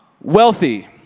wealthy